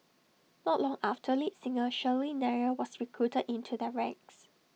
not long after lead singer Shirley Nair was recruited into their ranks